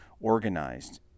organized